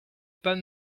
pas